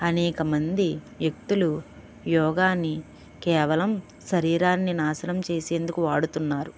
అనేక మంది వ్యక్తులు యోగాని కేవలం శరీరాన్ని నాశనం చేసేందుకు వాడుతున్నారు